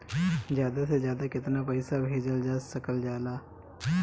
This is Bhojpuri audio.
ज्यादा से ज्यादा केताना पैसा भेजल जा सकल जाला?